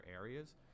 areas